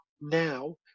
now